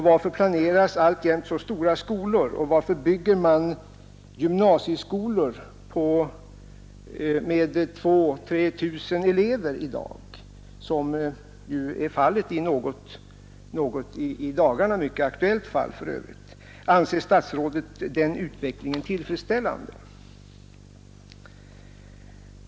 Varför planeras alltjämt så stora skolor, och varför bygger man i dag gymnasieskolor med mellan 2 000 och 3 000 elever, som fallet är i ett i dagarna högst aktuellt fall? Anser statsrådet den utvecklingen vara tillfredsställande?